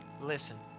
Listen